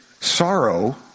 sorrow